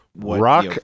Rock